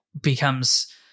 becomes